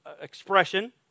expression